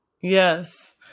Yes